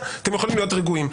אתם יכולים להיות רגועים.